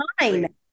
nine